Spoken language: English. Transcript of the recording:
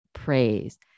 praise